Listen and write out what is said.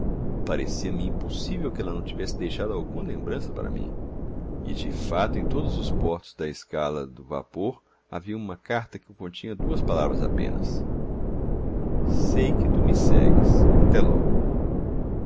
correio parecia-me impossível que ela não tivesse deixado alguma lembrança para mim e de fato em todos os portos da escala do vapor havia uma carta que continha duas palavras apenas sei que tu me segues até logo